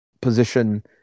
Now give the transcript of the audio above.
position